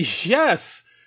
Yes